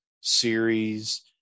series